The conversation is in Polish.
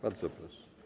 Bardzo proszę.